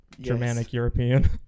Germanic-European